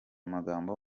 magambo